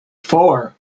four